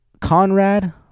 Conrad